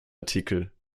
artikel